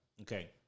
Okay